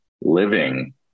living